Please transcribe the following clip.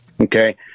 Okay